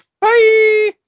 Bye